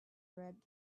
red